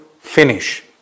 finish